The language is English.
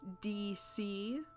DC